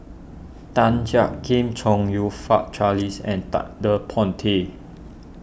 Tan Jiak Kim Chong You Fook Charles and Ted De Ponti